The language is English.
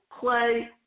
play